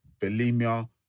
bulimia